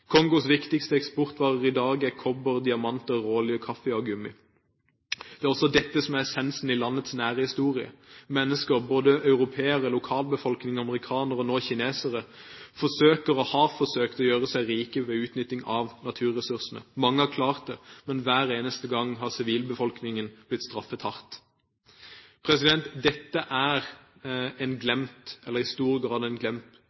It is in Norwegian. Kongos viktigste eksportvarer i dag er kobber, diamanter, råolje, kaffe og gummi. Det er også dette som er essensen i landets nære historie. Mennesker, både europeere, lokalbefolkning, amerikanere og nå kinesere forsøker – og har forsøkt – å gjøre seg rike på utnytting av naturressursene. Mange har klart det, men hver eneste gang har sivilbefolkningen blitt straffet hardt. Dette er i stor grad en